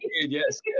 yes